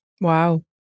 Wow